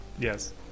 yes